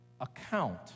account